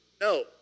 No